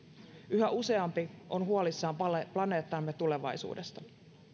yhä useampi on huolissaan planeettamme tulevaisuudesta